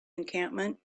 encampment